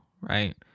right